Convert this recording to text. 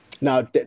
now